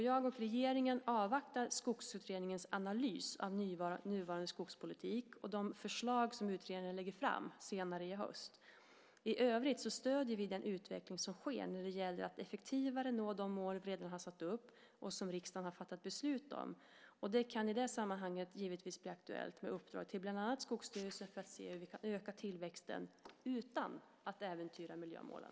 Jag och regeringen avvaktar Skogsutredningens analys av nuvarande skogspolitik och de förslag som utredaren lägger fram senare i höst. I övrigt stöder vi den utveckling som sker när det gäller att effektivare nå de mål vi redan har satt upp och som riksdagen fattat beslut om, och det kan i det sammanhanget givetvis bli aktuellt med uppdrag till bland annat Skogsstyrelsen för att se hur vi kan öka tillväxten utan att äventyra miljömålen.